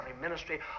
ministry